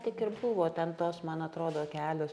tik ir buvo ten tos man atrodo kelios